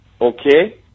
Okay